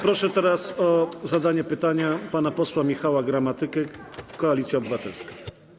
Proszę teraz o zadanie pytania pana posła Michała Gramatykę, Koalicja Obywatelska.